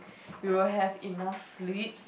you will have enough sleep